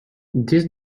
this